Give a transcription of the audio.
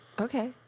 Okay